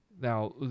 Now